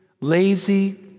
lazy